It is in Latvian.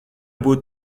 būt